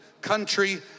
country